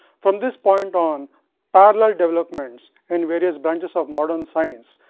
from this point on parallel developments in various branches of modern science,